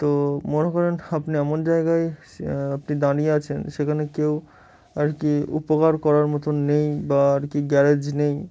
তো মনে করেন আপনি এমন জায়গায় আপনি দাঁড়িয়ে আছেন সেখানে কেউ আর কি উপকার করার মতন নেই বা আর কি গ্যারেজ নেই